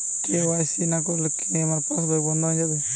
KYC না করলে কি আমার পাশ বই বন্ধ হয়ে যাবে?